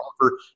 offer